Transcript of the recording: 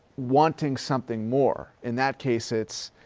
wanting something more. in that case, it's